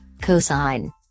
Cosine